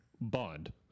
Bond